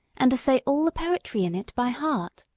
and to say all the poetry in it by heart.